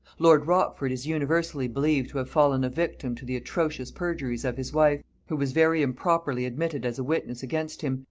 lord rochford is universally believed to have fallen a victim to the atrocious perjuries of his wife, who was very improperly admitted as a witness against him,